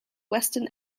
western